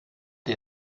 der